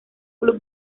club